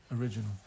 original